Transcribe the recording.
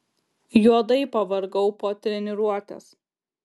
juodai pavargau po treniruotės